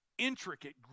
Intricate